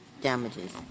damages